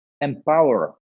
empower